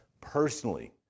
personally